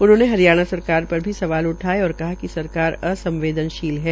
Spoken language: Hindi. उन्होंने हरियाणा सरकार पर भी सवाल उठाये और क्या सरकार संवदेनशील है